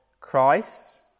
Christ